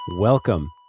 Welcome